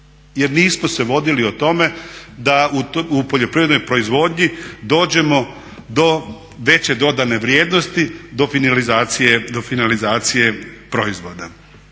jer nismo se vodili o tome da u poljoprivrednoj proizvodnji dođemo do veće dodane vrijednosti, do finalizacije proizvoda.